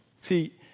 See